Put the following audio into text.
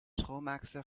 schoonmaakster